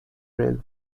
trail